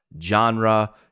genre